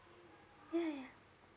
ya ya